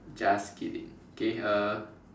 just kidding okay uh